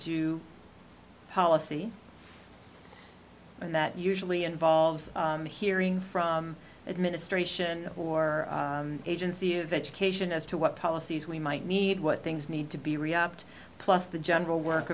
do policy and that usually involves a hearing from the administration or agency of education as to what policies we might need what things need to be react plus the general work